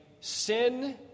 sin